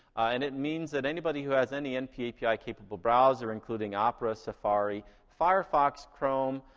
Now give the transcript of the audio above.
and it means that anybody who has any npapi-capable browser including opera, safari, firefox, chrome,